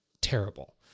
terrible